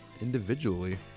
individually